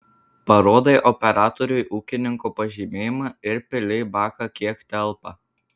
parodai operatoriui ūkininko pažymėjimą ir pili į baką kiek telpa